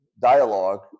dialogue